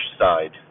side